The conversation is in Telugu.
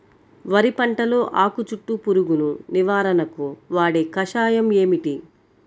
వరి పంటలో ఆకు చుట్టూ పురుగును నివారణకు వాడే కషాయం ఏమిటి?